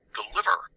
deliver